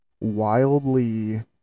wildly